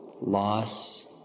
loss